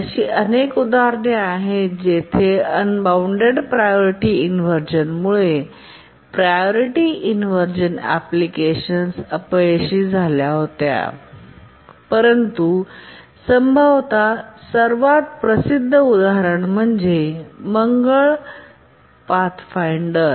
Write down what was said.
अशी अनेक उदाहरणे आहेत जेथे अनबॉऊण्डेड प्रायॉरीटी इनव्हर्जनमुळे प्रायॉरीटी इनव्हर्जन एप्लीकेशन्स अपयशी झाला होता परंतु संभवत सर्वात प्रसिद्ध उदाहरण म्हणजे मंगळ पथ शोधक